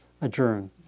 adjourn